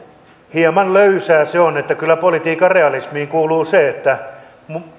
hieman löysää se on kyllä politiikan realismiin kuuluu se että